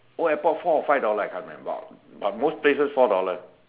old airport four or five dollar I can't remember but most places four dollar